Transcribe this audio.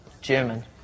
German